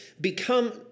become